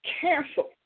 cancel